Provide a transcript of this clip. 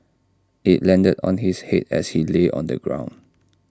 IT landed on his Head as he lay on the ground